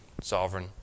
sovereign